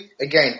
again